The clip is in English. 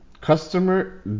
customer